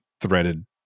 threaded